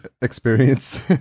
experience